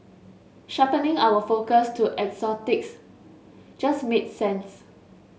sharpening our focus to exotics just made sense